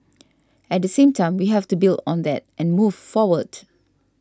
at the same time we have to build on that and move forward